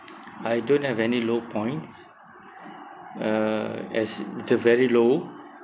I don't have any low points uh as the very low